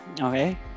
Okay